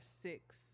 six